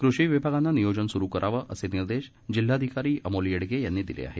कृषी विभागानं नियोजन स्रु करावं असे निर्देश जिल्हाधिकारी अमोल येडगे यांनी दिले आहे